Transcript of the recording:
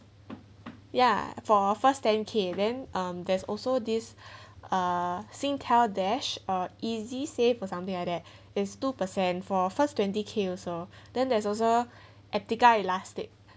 ya for first ten K then um there's also this uh singtel dash or easy save for something like that is two percent for first twenty K also then there's also etiqa elastiq